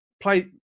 play